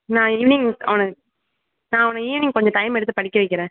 நான் ஈவினிங் அவனை நான் அவனை ஈவினிங் கொஞ்சம் டைம் எடுத்து படிக்க வைக்கிறேன்